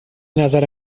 نظر